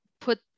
put